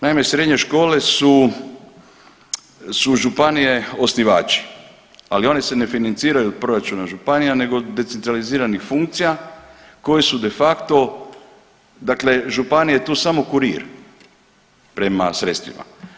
Naime, srednje škole su, su županije osnivači, ali one se ne financiraju od proračuna županija od decentraliziranih funkcija koje su de facto dakle županija je tu samo kurir prema sredstvima.